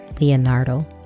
Leonardo